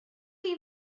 chi